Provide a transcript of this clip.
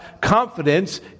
confidence